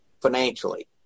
financially